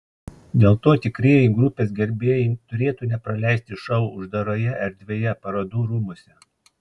dėl to tikrieji grupės gerbėjai turėtų nepraleisti šou uždaroje erdvėje parodų rūmuose